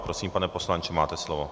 Prosím, pane poslanče, máte slovo.